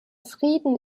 frieden